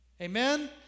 Amen